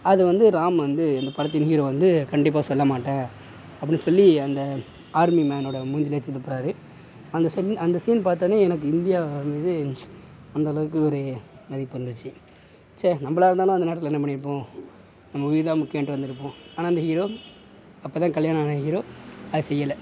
அதை வந்து ராம் வந்து இந்த படத்தின் ஹீரோ வந்து கண்டிப்பாக சொல்லமாட்டேன் அப்படினு சொல்லி அந்த ஆர்மிமேனோட மூஞ்சியில் எச்சில் துப்புறார் அந்த சீன் அந்த சீன் பார்த்தோனே எனக்கு இந்தியா இது அந்த அளவுக்கு ஒரு மதிப்பு வந்துடுச்சி ச்சே நம்மளாலாம் இருந்தால் அந்த நாட்டுக்குள்ளே என்ன பண்ணி இருப்போம் நம்ம உயிர்தான் முக்கியம்ன்ட்டு வந்து இருப்போம் ஆன அந்த ஹீரோ அப்போதான் கல்யாணம் ஆன ஹீரோ அதை செய்யலை